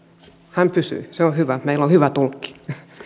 hän pysyi se on hyvä meillä on hyvä tulkki